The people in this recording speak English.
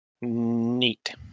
Neat